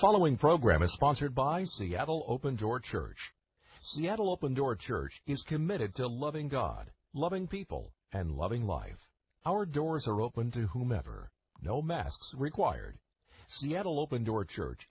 following program is sponsored by seattle open door church seattle open door church is committed to loving god loving people and loving life our doors are open to whomever no masks required seattle open door church